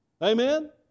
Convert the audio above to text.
Amen